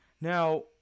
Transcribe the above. Now